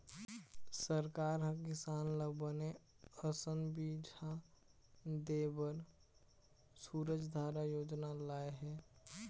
सरकार ह किसान ल बने असन बिजहा देय बर सूरजधारा योजना लाय हे